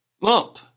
lump